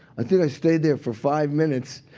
i think i stayed there for five minutes,